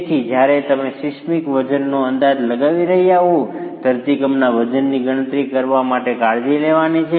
તેથી જ્યારે તમે સિસ્મિક વજનનો અંદાજ લગાવી રહ્યા હોવ ધરતીકંપના વજનની ગણતરી કરવા માટે કાળજી લેવાની છે